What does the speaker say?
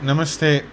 नमस्ते